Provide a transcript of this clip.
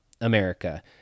America